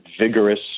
vigorous